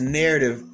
narrative